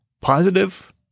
positive